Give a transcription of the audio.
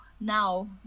now